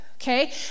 Okay